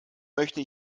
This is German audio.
möchte